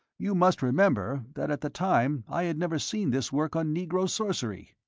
you must remember that at the time i had never seen this work on negro sorcery.